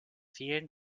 fehlen